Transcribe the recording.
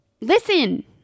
Listen